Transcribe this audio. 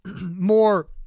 more